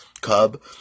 Cub